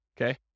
okay